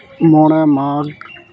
ᱢᱚᱬᱮ ᱢᱟᱜᱽ